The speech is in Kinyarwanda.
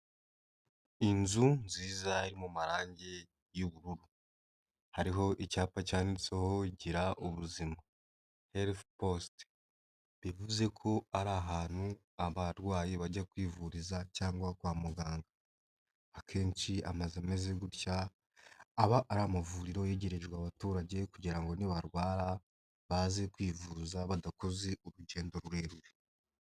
Inzu nziza iri mu marangi y’ubururu, hariho icyapa cyanditseho Gira ubuzima helifu positi, bivuze ko ari ahantu abarwayi bajya kwivuriza cyangwa kwa muganga. Akenshi amaze ameze gutya aba ari amavuriro yegerejwe abaturage kugira ngo nibarwara, baze kwivuza badakoze urugendo rurerure.